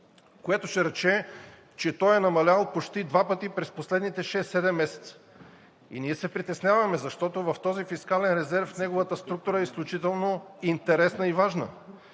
което ще рече, че той е намалял почти два пъти през последните шест-седем месеца. Ние се притесняваме, защото в този фискален резерв неговата структура е изключително интересна и важна.